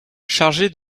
chargé